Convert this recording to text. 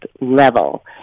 level